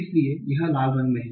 इसलिए यह लाल रंग में है